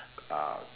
ah